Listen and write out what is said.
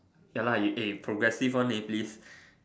ya lah you eh progressive one leh please